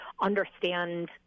understand